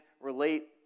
relate